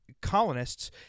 colonists